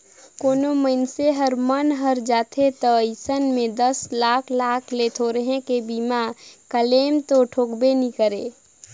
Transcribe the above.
कोनो मइनसे हर मन हर जाथे त अइसन में दस लाख लाख ले थोरहें के बीमा क्लेम तो ठोकबे नई करे